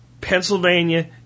Pennsylvania